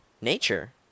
nature